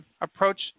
approach